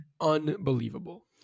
unbelievable